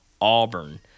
Auburn